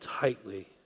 tightly